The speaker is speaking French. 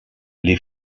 les